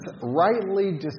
rightly